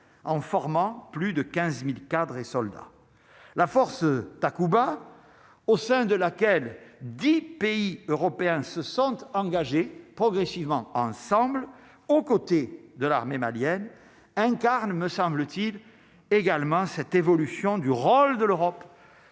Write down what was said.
en formant plus de 15000 cadres et soldats la force Takuba au sein de laquelle 10 pays européens se sentent engagés progressivement ensemble aux côtés de l'armée malienne incarne, me semble-t-il, également, cette évolution du rôle de l'Europe.